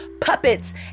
puppets